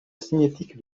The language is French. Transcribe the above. cinétique